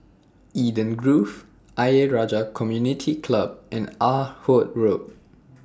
Eden Grove Ayer Rajah Community Club and Ah Hood Road